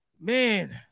man